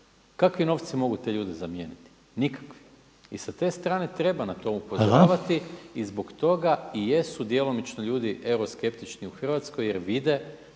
Kakvi novci mogu te ljude zamijeniti? Nikakvi. I sa te strane treba na to upozoravati i zbog toga i jesu djelomično ljudi euroskeptični u Hrvatskoj jer vide